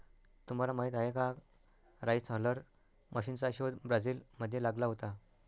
तुम्हाला माहीत आहे का राइस हलर मशीनचा शोध ब्राझील मध्ये लागला होता